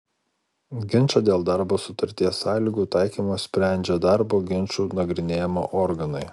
ginčą dėl darbo sutarties sąlygų taikymo sprendžia darbo ginčų nagrinėjimo organai